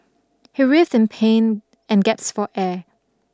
he writhed in pain and gasped for air